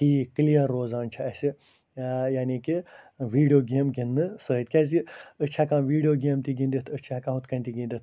ٹھیٖک کٕلیَر روزان چھِ اَسہِ یعنی کہِ ویڈیو گیم گِنٛدنہٕ سۭتۍ کیٛازِ أسۍ چھِ ہٮ۪کان ویڈیو گیم تہِ گِنٛدِتھ أسۍ چھِ ہٮ۪کان ہُتھ کٔنۍ تہِ گِنٛدِتھ